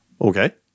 Okay